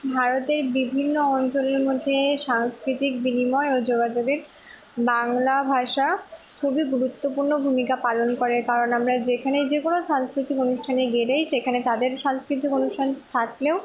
ভারতের বিভিন্ন অঞ্চলের মধ্যে সাংস্কৃতিক বিনিময় ও যোগাযোগে বাংলা ভাষা খুবই গুরুত্বপূর্ণ ভূমিকা পালন করে কারণ আমরা যেখানে যে কোন সাংস্কৃতিক অনুষ্ঠানে গেলেই সেখানে তাদের সাংস্কৃতিক অনুষ্ঠান থাকলেও